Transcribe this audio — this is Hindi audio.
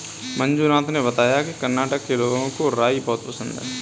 मंजुनाथ ने बताया कि कर्नाटक के लोगों को राई बहुत पसंद है